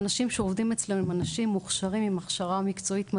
האנשים שעובדים אצלנו הם אנשים מוכשרים עם הכשרה מקצועית מתאימה,